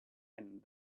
and